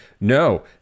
no